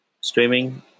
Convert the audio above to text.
streaming